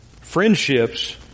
Friendships